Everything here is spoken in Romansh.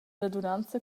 radunanza